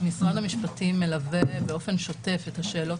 משרד המשפטים מלווה באופן שוטף את השאלות